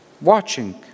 Watching